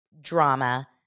drama